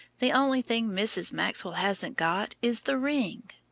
the only thing mrs. maxwell hasn't got is the ring.